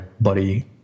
buddy